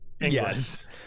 yes